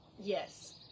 yes